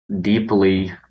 deeply